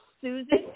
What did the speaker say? Susan